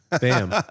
Bam